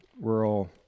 rural